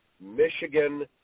Michigan